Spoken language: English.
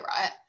right